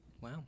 Wow